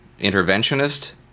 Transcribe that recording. interventionist